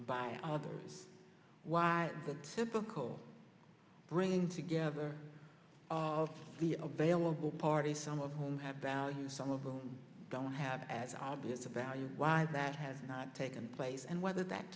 by others why the typical bringing together of the available parties some of whom have value some of them don't have as obvious a value why that has not taken place and whether that